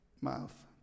mouth